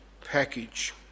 package